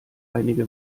einige